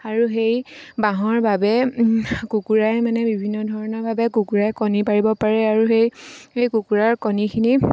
আৰু সেই বাঁহৰ বাবে কুকুৰাই মানে বিভিন্ন ধৰণৰভাৱে কুকুৰাই কণী পাৰিব পাৰে আৰু সেই সেই কুকুৰাৰ কণীখিনি